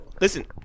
Listen